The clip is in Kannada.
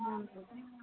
ಹ್ಞೂ ರೀ